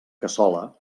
cassola